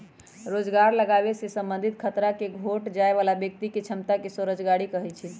रोजगार लागाबे से संबंधित खतरा के घोट जाय बला व्यक्ति के क्षमता के स्वरोजगारी कहै छइ